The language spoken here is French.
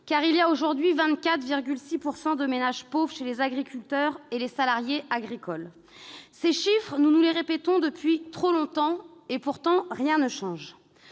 car il y a aujourd'hui 26,4 % de ménages pauvres chez les agriculteurs et les salariés agricoles. Ces chiffres, nous nous les répétons depuis trop longtemps. Pourtant, rien ne change